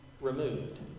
removed